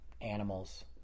Animals